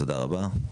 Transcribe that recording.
תודה רבה.